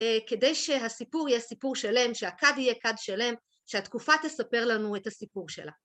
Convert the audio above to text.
כדי שהסיפור יהיה סיפור שלם, שהכד יהיה כד שלם, שהתקופה תספר לנו את הסיפור שלה.